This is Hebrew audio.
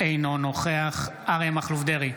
אינו נוכח אריה מכלוף דרעי,